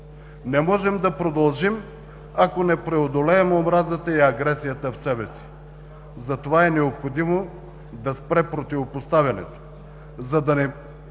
Не можем да продължим, ако не преодолеем омразата и агресията в себе си. Затова е необходимо да спре противопоставянето – за да не